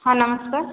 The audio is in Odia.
ହଁ ନମସ୍କାର